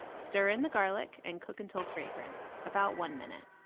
stir in the garlic and cook until fragrant about one minute.